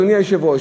אדוני היושב-ראש.